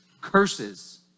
curses